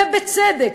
ובצדק,